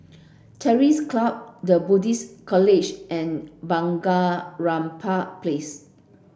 Terrors Club The Buddhist College and Bunga Rampai Place